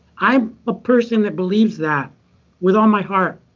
i'm a person that believes that with all my heart.